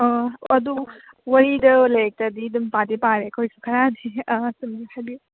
ꯑꯥ ꯑꯗꯨ ꯋꯥꯔꯤꯗ ꯂꯥꯏꯔꯤꯛꯇꯗꯤ ꯑꯗꯨꯝ ꯄꯥꯗꯤ ꯄꯥꯔꯦ ꯑꯩꯈꯣꯏꯁꯨ ꯈꯔꯗꯤ ꯁꯨꯝ ꯍꯥꯏꯗꯤ